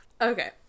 Okay